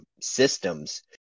systems